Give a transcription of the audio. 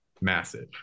massive